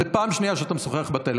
זו הפעם השנייה שאתה משוחח בטלפון.